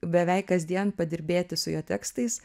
beveik kasdien padirbėti su jo tekstais